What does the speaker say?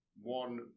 one